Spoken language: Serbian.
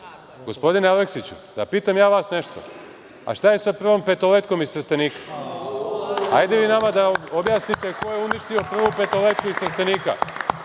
Srbiju. Gospodine Aleksiću, da pitam ja vas nešto, a šta je sa Prvom petoletkom iz Trstenika? Hajde vi nama da objasnite ko je uništio Prvu petoletku iz Trstenika?